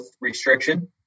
restriction